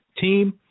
team